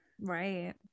right